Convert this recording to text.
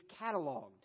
cataloged